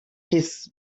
his